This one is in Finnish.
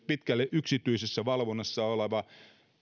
pitkälle yksityisessä valvonnassa oleva